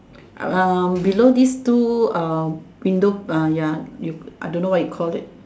below these two window ya you I don't know what you call it